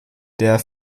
der